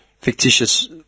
fictitious